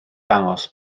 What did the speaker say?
dangos